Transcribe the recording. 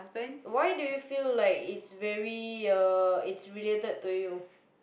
why do you feel like it's very uh it's related to you